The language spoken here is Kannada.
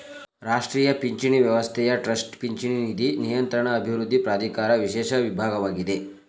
ರಾಷ್ಟ್ರೀಯ ಪಿಂಚಣಿ ವ್ಯವಸ್ಥೆಯ ಟ್ರಸ್ಟ್ ಪಿಂಚಣಿ ನಿಧಿ ನಿಯಂತ್ರಣ ಅಭಿವೃದ್ಧಿ ಪ್ರಾಧಿಕಾರ ವಿಶೇಷ ವಿಭಾಗವಾಗಿದೆ